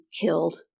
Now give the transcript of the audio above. killed